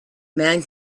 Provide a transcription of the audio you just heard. man